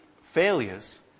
failures